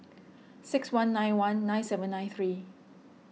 six one nine one nine seven nine three